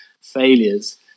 failures